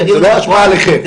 לא האשמה עליכם,